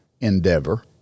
endeavor